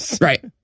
Right